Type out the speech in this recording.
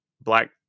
Black